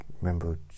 remember